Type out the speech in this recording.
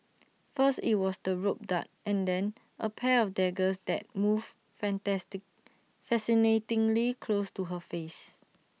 first IT was the rope dart and then A pair of daggers that moved fantastic fascinatingly close to her face